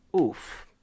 oof